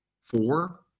four